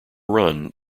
run